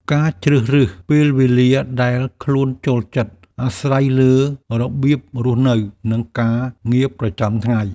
ការជ្រើសរើសពេលវេលាដែលខ្លួនចូលចិត្ត អាស្រ័យលើរបៀបរស់នៅ និងការងារប្រចាំថ្ងៃ។